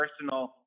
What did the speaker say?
personal